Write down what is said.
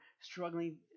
struggling